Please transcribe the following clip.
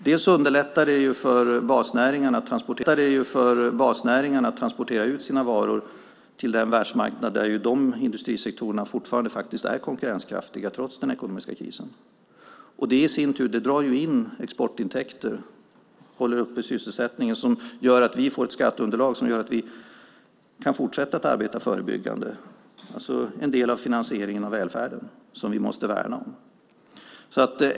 Dels underlättar det för basnäringarna att transportera ut sina varor till den världsmarknad där dessa industrisektorer fortfarande faktiskt är konkurrenskraftiga trots den ekonomiska krisen, dels drar det i sin tur in exportintäkter och håller uppe sysselsättningen, vilket gör att vi får ett skatteunderlag som gör att vi kan fortsätta att arbeta förebyggande. Det är alltså en del av finansieringen av välfärden som vi måste värna om.